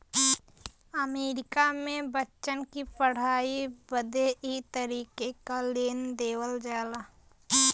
अमरीका मे बच्चन की पढ़ाई बदे ई तरीके क लोन देवल जाला